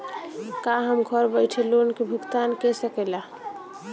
का हम घर बईठे लोन के भुगतान के शकेला?